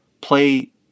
play